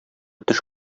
төш